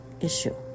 issue